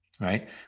right